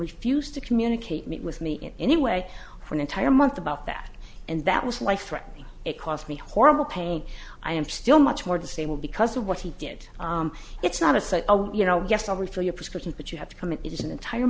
refused to communicate with me in any way for an entire month about that and that was life threatening it cost me horrible pain i am still much more disabled because of what he did it's not to say you know yes i'll be for your prescription but you have to come it is an entire